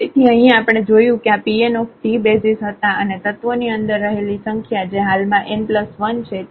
તેથી અહીં આપણે જોયું કે આ Pnt બેસિઝ હતા અને તત્વો ની અંદર રહેલી સંખ્યા જે હાલ માં n 1 છે તે